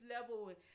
level